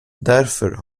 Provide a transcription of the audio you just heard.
därför